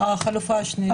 החלופה השנייה.